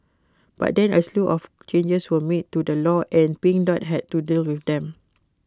but then A slew of changes were made to the law and pink dot had to deal with them